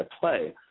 play